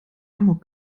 amok